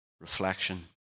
reflection